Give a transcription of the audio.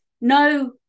no